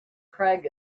craig